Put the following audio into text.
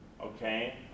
Okay